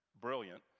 brilliant